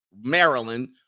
Maryland